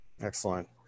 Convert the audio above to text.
Excellent